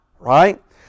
Right